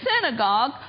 synagogue